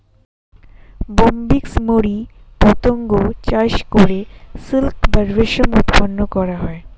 Bombyx mori পতঙ্গ চাষ করে সিল্ক বা রেশম উৎপন্ন করা হয়